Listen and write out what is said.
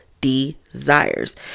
desires